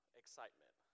excitement